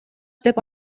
деп